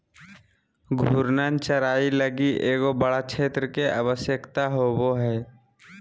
घूर्णन चराई लगी एगो बड़ा क्षेत्र के आवश्यकता होवो हइ